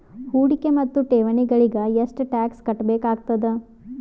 ಹೂಡಿಕೆ ಮತ್ತು ಠೇವಣಿಗಳಿಗ ಎಷ್ಟ ಟಾಕ್ಸ್ ಕಟ್ಟಬೇಕಾಗತದ?